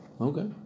Okay